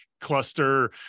cluster